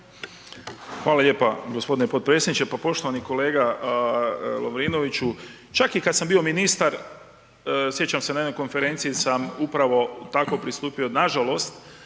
Hvala lijepa gospodine potpredsjedniče. Pa poštovani kolega Lovrinoviću, čak i kada sam bio ministar sjećam se na jednoj konferenciji sam upravo tako pristupio, nažalost